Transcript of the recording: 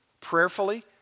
prayerfully